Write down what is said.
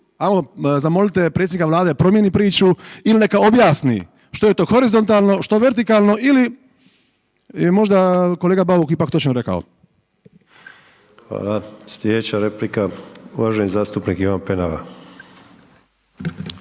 zamolite predsjednika Vlade da promjeni priču ili neka objasni što je to horizontalno, što vertikalno ili je možda kolega Bauk ipak točno rekao. **Sanader, Ante (HDZ)** Hvala. Sljedeća replika uvaženi zastupnik Ivan Penava.